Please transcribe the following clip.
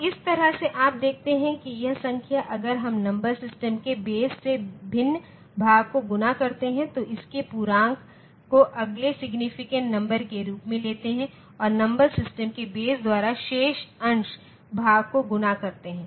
तो इस तरह से आप देखते हैं कि यह संख्या अगर हम नंबर सिस्टम के बेस से भिन्न भाग को गुणा करते हैं तो इसके पूर्णांक को अगले सिग्नीफिकेंट नंबर के रूप में लेते हैं और नंबर सिस्टम के बेस द्वारा शेष अंश भाग को गुणा करते हैं